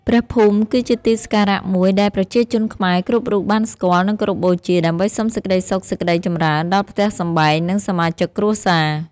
ព្រះភូមិ គឺជាទីសក្ការៈមួយដែលប្រជាជនខ្មែរគ្រប់រូបបានស្គាល់ និងគោរពបូជា ដើម្បីសុំសេចក្តីសុខសេចក្តីចម្រើនដល់ផ្ទះសម្បែង និងសមាជិកគ្រួសារ។